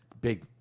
Big